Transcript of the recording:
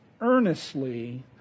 earnestly